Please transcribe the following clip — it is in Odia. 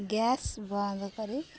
ଗ୍ୟାସ ବନ୍ଦ କରି